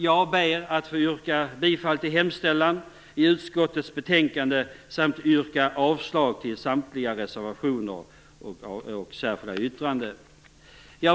Jag ber att få yrka bifall till utskottets hemställan i betänkandet samt yrka avslag på samtliga reservationer och särskilda yttranden.